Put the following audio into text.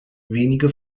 wenige